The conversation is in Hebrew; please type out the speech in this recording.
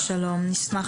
אני מנהל